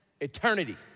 Eternity